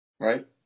Right